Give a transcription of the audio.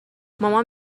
مامان